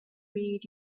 read